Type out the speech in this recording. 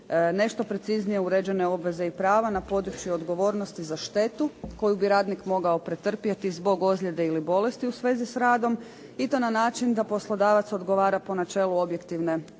nešto preciznije uređene obveze i prava na području odgovornosti za štetu koju bi radnik mogao pretrpjeti zbog ozljede ili bolesti u svezi s radom i to na način da poslodavac odgovara po načelu objektivne